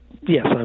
Yes